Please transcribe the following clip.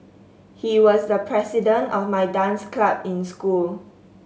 he was the president of my dance club in school